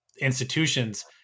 institutions